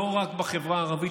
לא רק בחברה הערבית.